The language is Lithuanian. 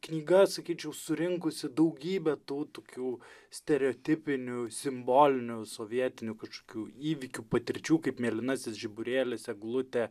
knyga sakyčiau surinkusi daugybę tų tokių stereotipinių simbolinių sovietinių kažkokių įvykių patirčių kaip mėlynasis žiburėlis eglutė